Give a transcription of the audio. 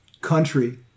country